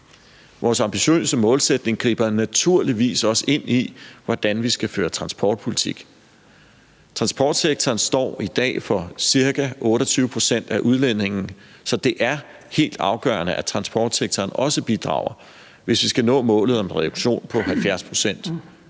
Vores ambitiøse målsætning griber naturligvis også ind i, hvordan vi skal føre transportpolitik. Transportsektoren står i dag for ca. 28 pct. af udledningen, så det er helt afgørende, at transportsektoren også bidrager, hvis vi skal nå målet om en reduktion på 70 pct.